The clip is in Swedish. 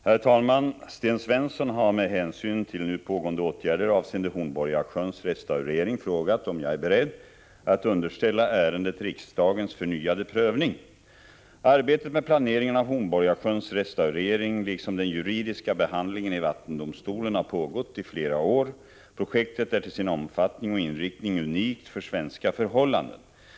Herr talman! Sten Svensson har med hänsyn till nu pågående åtgärder avseende Hornborgasjöns restaurering frågat om jag är beredd att underställa ärendet riksdagens förnyade prövning. Arbetet med planeringen av Hornborgasjöns restaurering liksom den juridiska behandlingen i vattendomstolen har pågått i flera år. Projektet är till sin omfattning och inriktning unikt för svenska förhållanden.